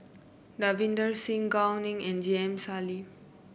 Davinder Singh Gao Ning and J M Sali